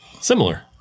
Similar